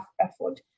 effort